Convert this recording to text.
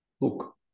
look